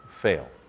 fail